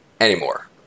anymore